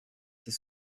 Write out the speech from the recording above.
ses